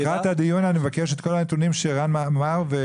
לקראת הדיון אני מבקש את כל הנתונים שרן אמר.